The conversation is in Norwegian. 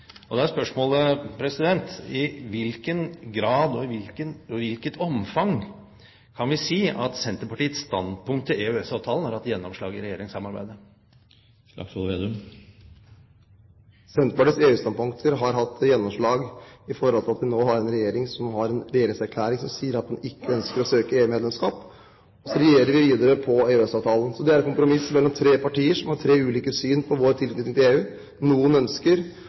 Og da er spørsmålet: I hvilken grad og i hvilket omfang kan vi si at Senterpartiets standpunkt til EØS-avtalen har hatt gjennomslag i regjeringssamarbeidet? Senterpartiets EU-standpunkt har hatt gjennomslag på den måten at vi nå har en regjering som har en regjeringserklæring som sier at man ikke ønsker å søke EU-medlemskap. Så regjerer vi videre på EØS-avtalen. Så det er et kompromiss mellom tre partier som har tre ulike syn på vår tilknytning til EU. Noen ønsker